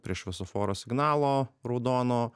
prie šviesoforo signalo raudono